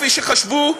כפי שחשבו,